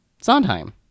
Sondheim